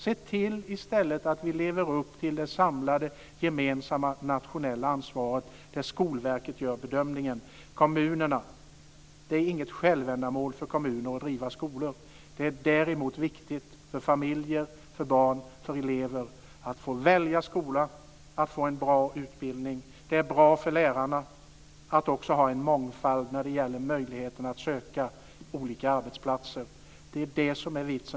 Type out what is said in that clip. Se i stället till att vi lever upp till det samlade gemensamma nationella ansvaret, där Skolverket gör bedömningen. Det är inget självändamål för kommuner att driva skolor. Det är däremot viktigt för familjer, för barn och för elever att få välja skola och få en bra utbildning. Det är också bra för lärarna att ha en mångfald när det gäller möjligheterna att söka olika arbeten. Det är det som är vitsen.